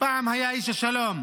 פעם הוא היה איש של שלום,